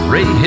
Ray